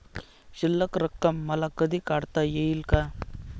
शिल्लक रक्कम मला कधी काढता येईल का?